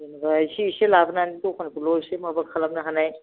जेन'बा एसे एसे लाबोनानै दखानखौल' एसे माबा खालामनो हानाय